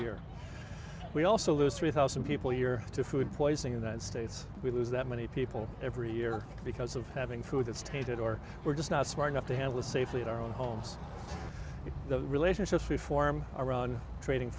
year we also lose three thousand people here to food poisoning that states we lose that many people every year because of having food that is tainted or we're just not smart enough to handle it safely in our own homes the relationships we form around trading